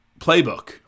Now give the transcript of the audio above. playbook